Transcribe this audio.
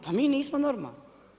Pa mi nismo normalni.